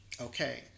okay